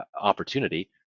opportunity